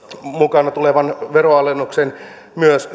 mukana tulevan veronalennuksen myös